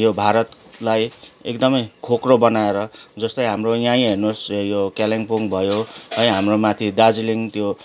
यो भारतलाई एकदमै खोक्रो बनाएर जस्तै हाम्रो यहीँ हेर्नुहोस् यो कालिम्पोङ भयो है हाम्रो माथि दार्जिलिङ त्यो